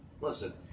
listen